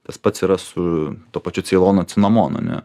tas pats yra su tuo pačiu ceilono cinamonu ne